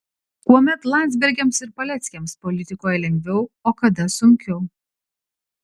kuomet landsbergiams ir paleckiams politikoje lengviau o kada sunkiau